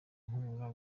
inkunga